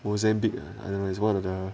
Mozambique I don't know is one of the